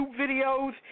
videos